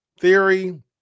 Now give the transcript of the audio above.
theory